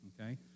okay